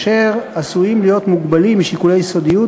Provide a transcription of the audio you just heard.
אשר עשויים להיות מוגבלים משיקולי סודיות,